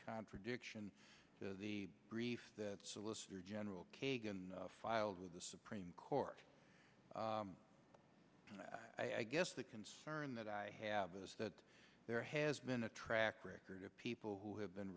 contradiction to the brief that solicitor general kagan filed with the supreme court i guess the concern that i have is that there has been a track record of people who have been